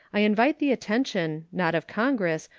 i invite the attention, not of congress,